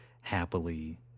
happily